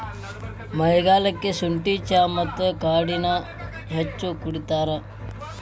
ಮಳಿಗಾಲಕ್ಕ ಸುಂಠಿ ಚಾ ಮತ್ತ ಕಾಡೆನಾ ಹೆಚ್ಚ ಕುಡಿತಾರ